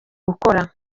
gukora